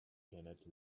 cannot